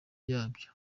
ryacyo